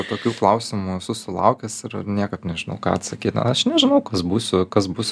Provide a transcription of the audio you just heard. tokių klausimų esu sulaukęs ir niekad nežinau ką atsakyt na aš nežinau kas būsiu kas bus